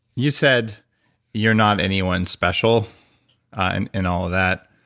you said you're not anyone special and in all that.